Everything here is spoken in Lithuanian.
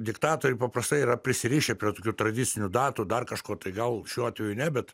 diktatoriai paprastai yra prisirišę prie tokių tradicinių datų dar kažko tai gal šiuo atveju ne bet